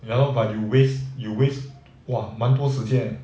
ya lor but you waste you waste !wah! 蛮多时间 leh